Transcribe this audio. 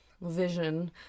vision